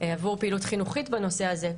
עבור פעילות חינוכית בנושא הזה.